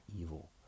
evil